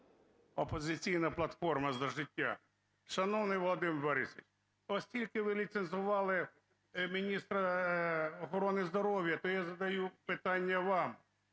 "Опозиційна платформа – За життя". Шановний Володимир Борисович, оскільки ви ліцензували міністра охорони здоров'я, то я задаю питання вам,